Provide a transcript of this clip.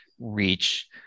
reach